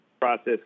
process